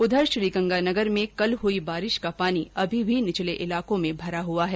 उधर श्रीगंगानगर में कल हई बारिश का पानी अभी भी निचले इलाकों में भरा हुआ है